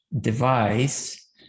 device